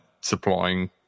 supplying